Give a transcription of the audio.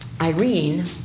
Irene